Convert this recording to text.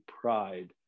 pride